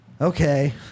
okay